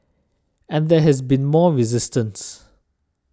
and there has been more resistance